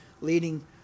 leading